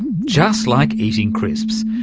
just like eating crisps!